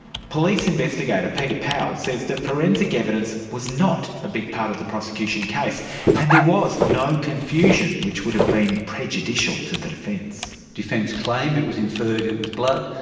police investigator peter powell says that forensic evidence was not a big part of the prosecution case and there was no confusion which would have been prejudicial to the defence. defence claim it was inferred it was blood.